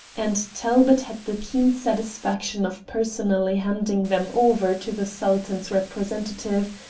and talbot had the keen satisfaction of personally handing them over to the sultan's representative,